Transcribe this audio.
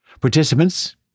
Participants